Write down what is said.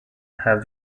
have